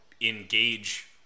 engage